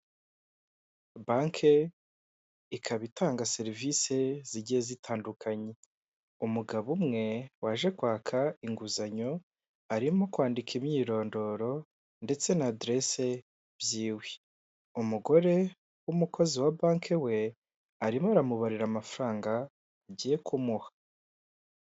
Banki ikaba itanga serivisi zigiye zitandukanye, umugabo umwe waje kwaka inguzanyo arimo kwandika imyirondoro ndetse na aderese byiwe, umugore w'umukozi wa banki we, arimo aramubarera amafaranga agiye kumuha.